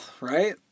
right